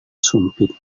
sumpit